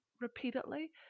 repeatedly